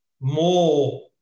more